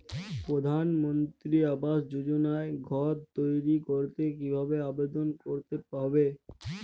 প্রধানমন্ত্রী আবাস যোজনায় ঘর তৈরি করতে কিভাবে আবেদন করতে হবে?